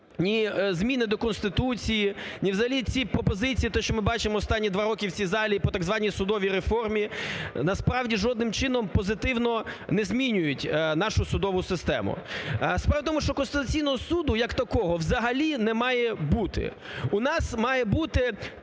ні зміни до Конституції, ні взагалі ці пропозиції, те, що ми бачимо останні два роки в цій залі по, так званій, судовій реформі насправді жодним чином позитивно не змінюють нашу судову систему. Справа в тому, що Конституційного Суду як такого взагалі немає бути. У нас має бути